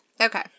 Okay